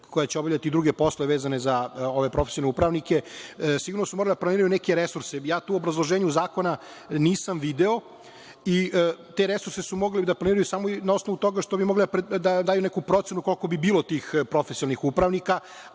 koja će obavljati i druge poslove vezane za profesionalne upravnike, sigurno su morali da planiraju neke resurse. Ja to u obrazloženju zakona nisam video i te resurse su mogli da planiraju samo na osnovu toga što bi mogli da daju neku procenu koliko bi bilo tih profesionalnih upravnika,